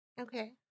Okay